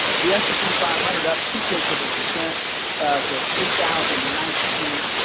the s and p five hundred up two tenths of a percent to three thousand nineteen,